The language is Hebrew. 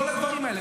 כל הדברים האלה?